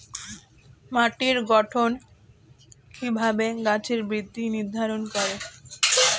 মাটির গঠন কিভাবে গাছের বৃদ্ধি নির্ধারণ করে?